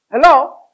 hello